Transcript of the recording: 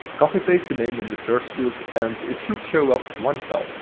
copy paste the name in the search field and it should show up one file.